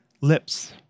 lips